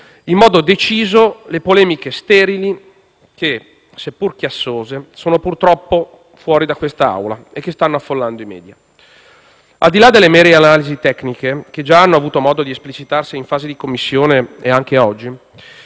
in modo deciso le polemiche sterili che, seppur chiassose, sono purtroppo fuori da quest'Aula e che stanno affollando i *media*. Al di là delle mere analisi tecniche, che già hanno avuto modo di esplicitarsi in fase di esame in Commissione e anche oggi